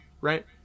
right